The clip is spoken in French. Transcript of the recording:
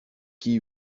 qui